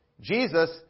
Jesus